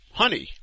honey